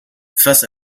face